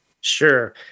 Sure